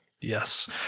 Yes